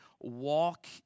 walk